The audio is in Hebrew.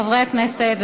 חברי הכנסת,